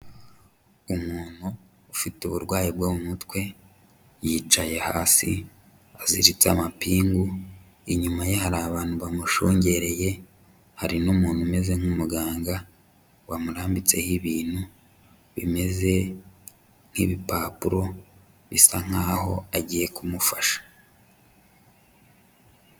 Umuntu ufite uburwayi bwo mu mutwe, yicaye hasi, aziritse amapingu, inyuma ye hari abantu bamushungereye, hari n'umuntu umeze nk'umuganga, wamurambitseho ibintu, bimeze nk'ibipapuro, bisa nkaho agiye kumufasha.